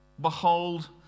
Behold